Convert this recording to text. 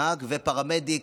נהג ופרמדיק,